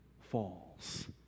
falls